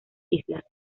islas